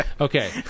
Okay